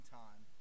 time